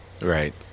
Right